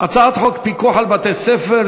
מה שכתוב לי פה, ועדת הכלכלה.